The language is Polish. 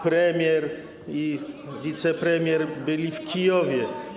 Premier i wicepremier byli w Kijowie.